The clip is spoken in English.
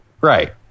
Right